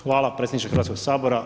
Hvala predsjedniče Hrvatskog sabora.